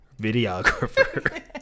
videographer